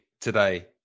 today